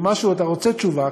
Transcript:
אם אתה רוצה תשובה,